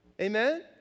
Amen